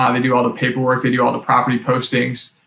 um and do all the paperwork, they do all the property postings,